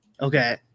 Okay